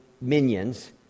minions